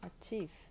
achieve